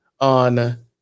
on